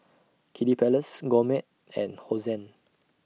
Kiddy Palace Gourmet and Hosen